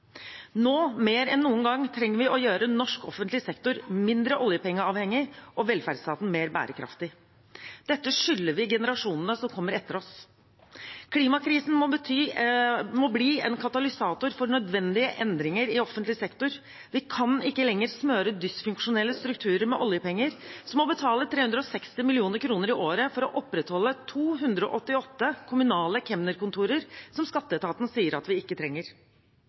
Nå, mer enn noen gang, trenger vi å gjøre norsk offentlig sektor mindre oljepengeavhengig og velferdsstaten mer bærekraftig. Dette skylder vi generasjonene som kommer etter oss. Klimakrisen må bli en katalysator for nødvendige endringer i offentlig sektor. Vi kan ikke lenger smøre dysfunksjonelle strukturer med oljepenger, som å betale 360 mill. kr i året for å opprettholde 288 kommunale kemnerkontorer som skatteetaten sier vi ikke trenger.